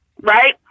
right